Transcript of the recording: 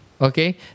okay